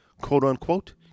quote-unquote